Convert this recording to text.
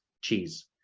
cheese